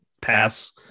pass